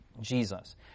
Jesus